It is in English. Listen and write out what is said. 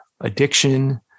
addiction